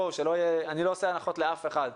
ואני לא עושה הנחות לאף אחד,